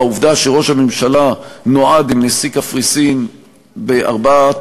בעובדה שראש הממשלה נועד עם נשיא קפריסין בארבעת